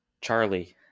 Charlie